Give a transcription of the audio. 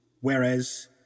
whereas